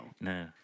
No